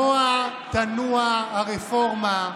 נוע תנוע הרפורמה.